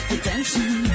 Attention